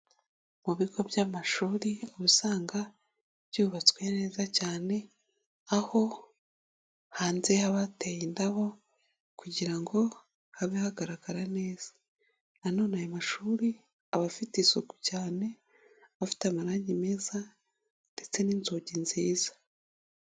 Mu bigo by'amashuri ubu usanga byubatswe neza cyane, aho hanze haba hateye indabo kugira ngo habe hagaragara neza. Nanone ayo mashuri aba afite isuku cyane, afite amarangi meza ndetse n'inzugi nziza.